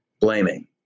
blaming